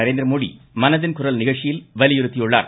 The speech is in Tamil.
நரேந்திரமோடி மனதின் குரல் நிகழ்ச்சியில் வலியுறுத்தியுள்ளார்